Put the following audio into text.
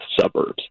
suburbs